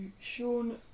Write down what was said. Sean